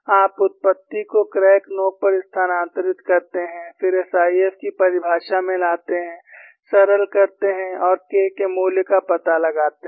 आप उत्पत्ति को क्रैक नोक पर स्थानांतरित करते हैं फिर एसआईएफ की परिभाषा में लाते हैं सरल करते हैं और K के मूल्य का पता लगाते हैं